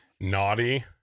Naughty